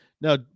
Now